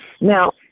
Now